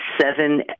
seven